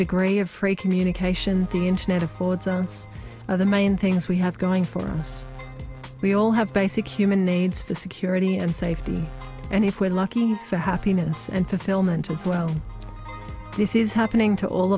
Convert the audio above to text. degree of free communication the internet affords us are the main things we have going for us we all have basic human needs for security and safety and if we're lucky for happiness and fulfillment as well this is happening to all